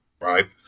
right